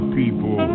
people